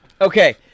okay